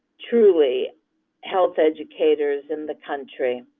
truly, health educators in the country.